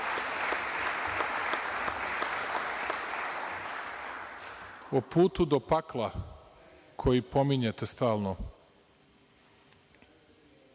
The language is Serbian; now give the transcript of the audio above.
o putu do pakla koji pominjete stalno,